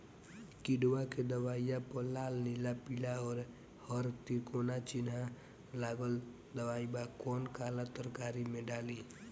किड़वा के दवाईया प लाल नीला पीला और हर तिकोना चिनहा लगल दवाई बा कौन काला तरकारी मैं डाली?